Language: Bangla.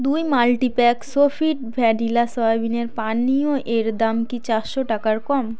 দুই মাল্টিপ্যাক সোফিট ভ্যানিলা সয়াবিনের পানীয় এর দাম কি চারশো টাকার কম